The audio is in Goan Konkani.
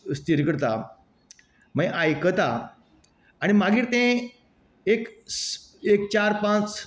स्थीर करता म्हळ्यार आयकता आनी मागीर तें एक स एक चार पांच